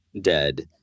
dead